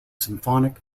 symphonic